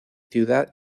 ciudad